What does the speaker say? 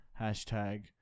hashtag